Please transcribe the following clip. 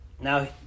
Now